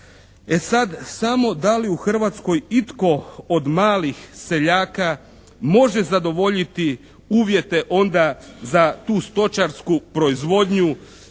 E sad samo da li u Hrvatskoj itko od malih seljaka može zadovoljiti uvjete onda za tu stočarsku proizvodnju